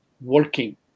working